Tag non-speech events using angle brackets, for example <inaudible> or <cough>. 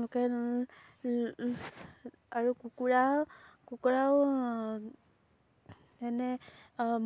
local <unintelligible> আৰু কুকুৰা কুকুৰাও তেনে